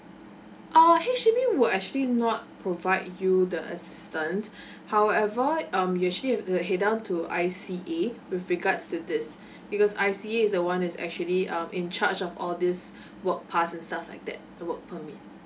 uh H_D_B would actually not provide you the assistant however um you actually uh head down to I_C_A with regards to this because I_C_A is the one is actually um in charge of all this work pass and stuff like that the work permit